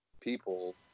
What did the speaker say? people